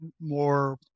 more